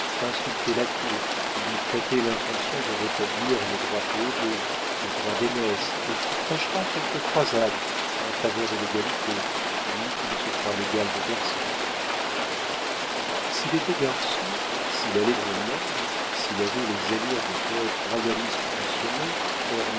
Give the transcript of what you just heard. insulter la cour lui prêter l'intention de rétablir les droits féodaux le droit d'aînesse et qui prêchera quelque croisade en faveur de l'égalité lui qui ne se croit l'égal de personne s'il était garçon s'il allait dans le monde s'il avait les allures des poètes royalistes pensionnés